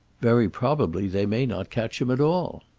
very probably they may not catch him at all.